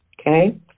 Okay